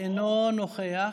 אינו נוכח.